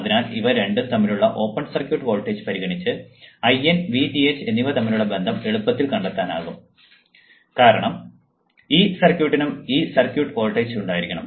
അതിനാൽ ഇവ രണ്ടും തമ്മിലുള്ള ഓപ്പൺ സർക്യൂട്ട് വോൾട്ടേജ് പരിഗണിച്ച് IN Vth എന്നിവ തമ്മിലുള്ള ബന്ധം എളുപ്പത്തിൽ കണ്ടെത്താനാകും കാരണം ഈ സർക്യൂട്ടിനും ഈ സർക്യൂട്ട് വോൾട്ടേജ് ഉണ്ടായിരിക്കണം